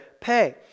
pay